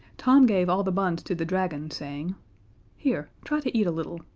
tom gave all the buns to the dragon, saying here, try to eat a little.